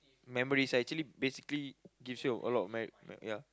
memories ah actually basically gives you a lot of me~ ya